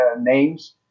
names